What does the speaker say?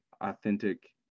authentic